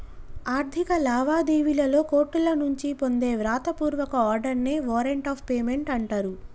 ఆర్థిక లావాదేవీలలో కోర్టుల నుంచి పొందే వ్రాత పూర్వక ఆర్డర్ నే వారెంట్ ఆఫ్ పేమెంట్ అంటరు